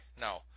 No